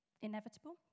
inevitable